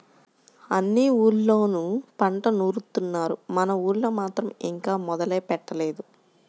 అన్ని ఊర్లళ్ళోనూ పంట నూరుత్తున్నారు, మన ఊళ్ళో మాత్రం ఇంకా మొదలే పెట్టలేదు